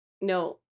No